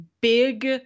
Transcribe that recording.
big